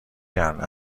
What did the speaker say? کرده